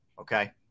Okay